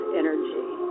energy